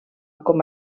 com